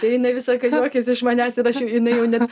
tai jinai visą laiką juokias iš manęs ir aš jinai jau net